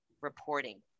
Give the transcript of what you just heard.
reporting